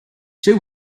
two